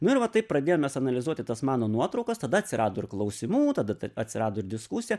nu ir va taip pradėjom mes analizuoti tas mano nuotraukas tada atsirado ir klausimų tada atsirado ir diskusija